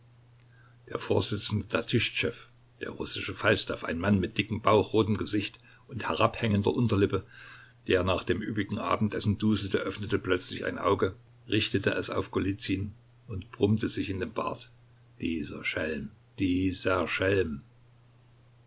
der vorsitzende tatischtschew der russische falstaff ein mann mit dickem bauch rotem gesicht und herabhängender unterlippe der nach dem üppigen abendessen duselte öffnete plötzlich ein auge richtete es auf golizyn und brummte sich in den bart dieser schelm dieser